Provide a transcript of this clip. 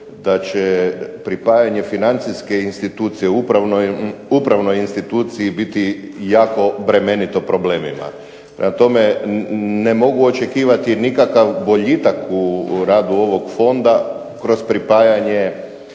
da će pripajanje financijske institucije upravnoj instituciji biti jako bremenito u problemima. Prema tome, ne mogu očekivati nikakav boljitak u radu ovog fonda kroz pripajanje